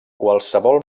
qualsevol